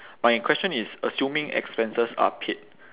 my question is assuming expenses are paid